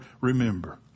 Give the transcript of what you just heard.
remember